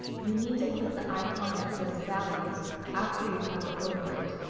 you need to click the icon that says values after you hover over it.